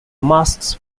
masks